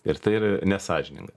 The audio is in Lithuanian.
ir tai yra nesąžininga